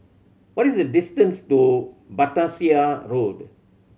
what is the distance to Battersea Road